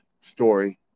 story